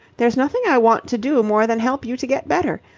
there's nothing i want to do more than help you to get better.